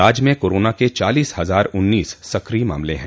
राज्य में कोरोना क चालीस हजार उन्नीस सक्रिय मामले हैं